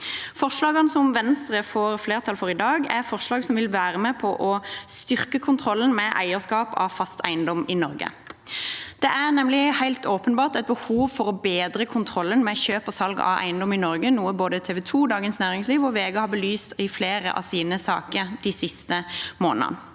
Forslagene Venstre får flertall for i dag, er forslag som vil være med på å styrke kontrollen med eierskap av fast eiendom i Norge. Det er nemlig helt åpenbart et behov for å bedre kontrollen med kjøp og salg av eiendom i Norge, noe både TV 2, Dagens Næringsliv og VG har belyst i flere av sine saker de siste månedene.